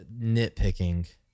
nitpicking